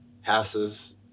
houses